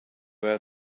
were